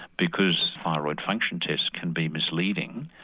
because thyroid function tests can be misleading,